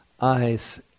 eyes